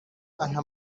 anta